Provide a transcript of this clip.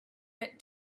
bit